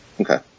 Okay